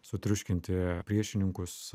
sutriuškinti priešininkus